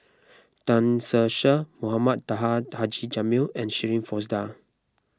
Tan Ser Cher Mohamed Taha Haji Jamil and Shirin Fozdar